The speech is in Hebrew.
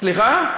סליחה?